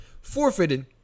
forfeited